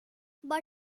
but